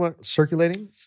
circulating